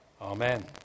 Amen